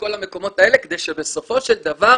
לכל המקומות האלה כדי בסופו של דבר